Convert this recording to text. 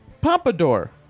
pompadour